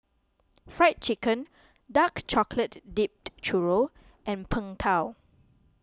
Fried Chicken Dark Chocolate Dipped Churro and Png Tao